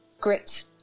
grit